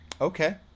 Okay